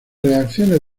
reacciones